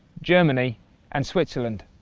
germany and switzerland.